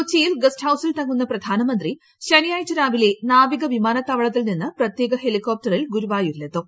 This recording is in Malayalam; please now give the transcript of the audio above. കൊച്ചിയിൽ ഗസ്റ്റ് ഗൌസിൽ തങ്ങുന്ന പ്രധാനമന്ത്രി ശനിയാഴ്ച രാവിലെ നാവിക വിമാനത്താവളത്തിൽ നിന്ന് പ്രത്യേക ഹെലികോപ്റ്ററിൽ ഗുരുവായൂരിലെത്തും